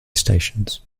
stations